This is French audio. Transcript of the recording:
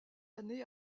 année